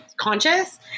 conscious